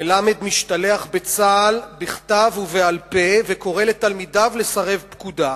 מלמד משתלח בצה"ל בכתב ובעל-פה וקורא לתלמידיו לסרב פקודה.